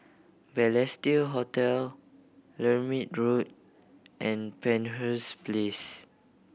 Balestier Hotel Lermit Road and Penshurst Place